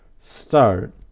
start